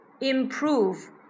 improve